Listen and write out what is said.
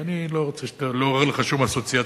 ואני לא אעורר לך שום אסוציאציות,